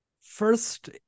first